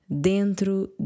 Dentro